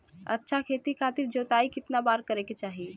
अच्छा खेती खातिर जोताई कितना बार करे के चाही?